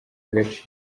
agaciro